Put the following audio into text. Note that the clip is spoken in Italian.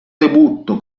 debutto